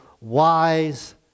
wise